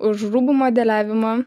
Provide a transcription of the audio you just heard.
už rūbų modeliavimą